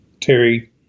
Terry